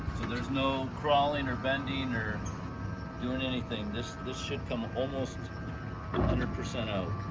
there's no crawling, or bending, or doing anything. this this should come almost one hundred percent out.